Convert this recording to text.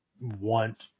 want